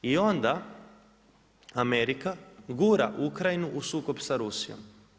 I onda Amerika gura Ukrajinu u sukob sa Rusijom.